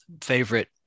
favorite